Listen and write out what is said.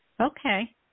Okay